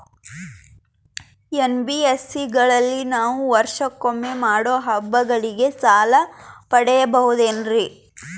NBSC ಗಳಲ್ಲಿ ನಾವು ವರ್ಷಕೊಮ್ಮೆ ಮಾಡೋ ಹಬ್ಬಗಳಿಗೆ ಸಾಲ ಪಡೆಯಬಹುದೇನ್ರಿ?